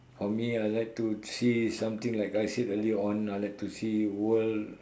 for me I like to see something like I said earlier on I like to see world